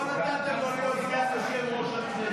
לא נתתם לו להיות --- לא נתתם לו להיות סגן יושב-ראש הכנסת.